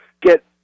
get